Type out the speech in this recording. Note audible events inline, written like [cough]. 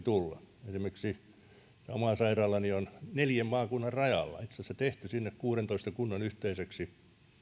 [unintelligible] tulla esimerkiksi oma sairaalani on neljän maakunnan rajalla itse asiassa tehty sinne kuudentoista kunnan yhteiseksi